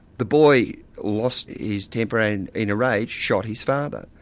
the boy lost his temper and in a rage shot his father,